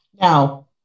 Now